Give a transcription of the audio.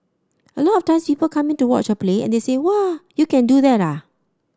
a lot of time people coming to watch a play and they say whoa you can do that ah